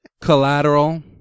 Collateral